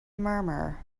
murmur